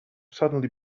suddenly